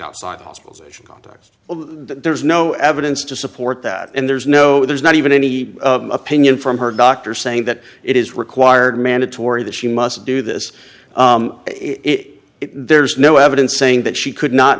context there's no evidence to support that and there's no there's not even any opinion from her doctor saying that it is required mandatory that she must do this it there's no evidence saying that she could not